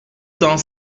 cent